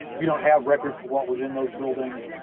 we don't have records for what was in those buildings,